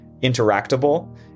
interactable